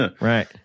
Right